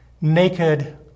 naked